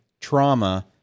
trauma